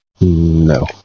No